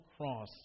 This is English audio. cross